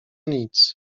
nic